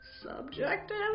subjective